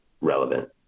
relevant